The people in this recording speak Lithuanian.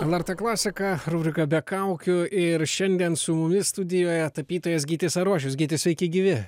lrt klasika rubrika be kaukių ir šiandien su mumis studijoje tapytojas gytis arošius gyti sveiki gyvi